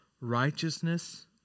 righteousness